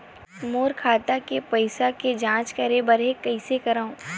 मोर खाता के पईसा के जांच करे बर हे, कइसे करंव?